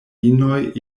inoj